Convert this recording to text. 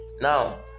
Now